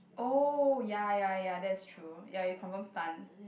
oh ya ya ya that's true ya you confirm stun